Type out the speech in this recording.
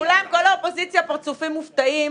כולם, כל האופוזיציה פרצופים מופתעים.